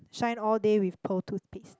shine all day with pearl toothpaste